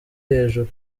hejuru